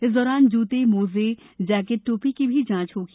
इस दौरान जूते मोजें जैकेट टोपी की भी जांच होगी